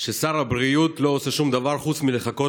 ששר הבריאות לא עושה שום דבר חוץ מלחכות